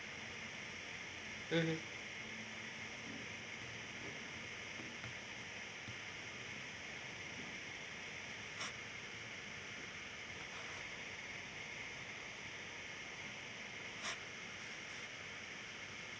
mmhmm